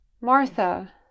Martha